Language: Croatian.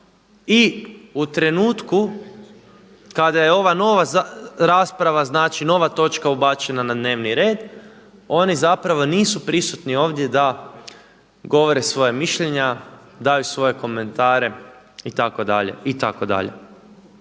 i u trenutku kada je ova nova točka ubačena na dnevni red oni nisu prisutni ovdje da govore svoja mišljenja, daju svoje komentare itd.,